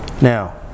Now